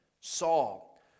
Saul